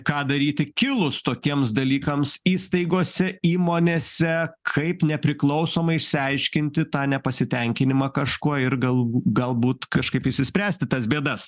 ką daryti kilus tokiems dalykams įstaigose įmonėse kaip nepriklausomai išsiaiškinti tą nepasitenkinimą kažkuo ir gal galbūt kažkaip išsispręsti tas bėdas